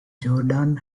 jordan